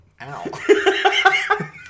Ow